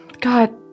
God